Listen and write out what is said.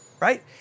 right